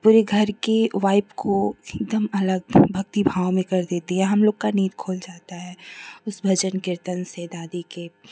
पूरे घर के वाइब्स को एकदम अलग भक्ति भाव में कर देती हैं हमलोग की नीन्द खुल जाती है उस भजन कीर्तन से दादी के